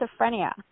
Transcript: schizophrenia